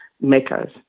makers